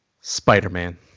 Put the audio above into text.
Spider-Man